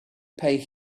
pay